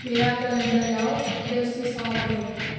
मेरा कलंडर लैओ ते उसी साफ करो